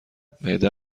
معده